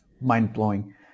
mind-blowing